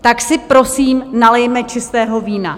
Tak si prosím nalijme čistého vína.